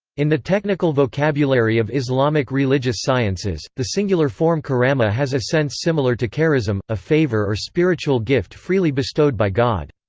in the technical vocabulary of islamic religious sciences, the singular form karama has a sense similar to charism, a favor or spiritual gift freely bestowed by god.